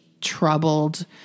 troubled